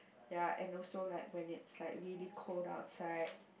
ya and also like when it's like really cold outside